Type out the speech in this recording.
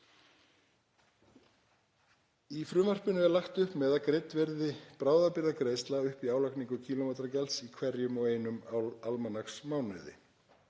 Í frumvarpinu er lagt upp með að greidd verði bráðabirgðagreiðsla upp í álagningu kílómetragjalds í hverjum og einum á almanaksmánuði.